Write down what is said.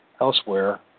elsewhere